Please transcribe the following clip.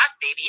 baby